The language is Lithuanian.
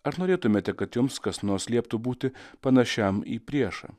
ar norėtumėte kad jums kas nors lieptų būti panašiam į priešą